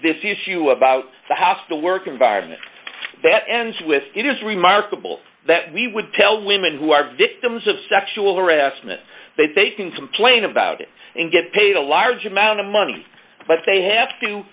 this issue about the hostile work environment that ends with it is remarkable that we would tell women who are victims of sexual harassment that they can complain about it and get paid a large amount of money but they have to